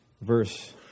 verse